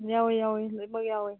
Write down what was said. ꯌꯥꯎꯋꯦ ꯌꯥꯎꯋꯦ ꯂꯣꯏꯃꯛ ꯌꯥꯎꯋꯦ